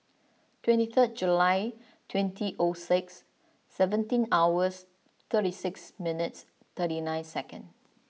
twenty third July twenty old six seventeen hours thirty six minutes thirty nine seconds